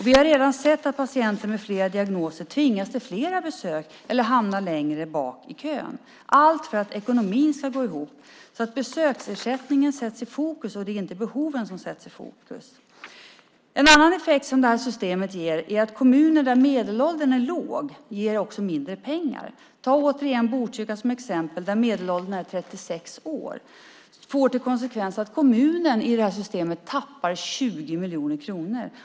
Vi har redan sett att patienter med flera diagnoser tvingas till flera besök eller hamnar längre bak i kön, allt för att ekonomin ska gå ihop. Besöksersättningen sätts i fokus. Det är inte behoven som sätts i fokus. En annan effekt som det här systemet ger är att kommuner där medelåldern är låg får mindre pengar. Jag tar återigen Botkyrka som ett exempel, där medelåldern är 36 år. Det får till konsekvens att kommunen i det här systemet tappar 20 miljoner kronor.